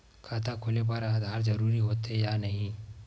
खाता खोले बार आधार जरूरी हो थे या नहीं?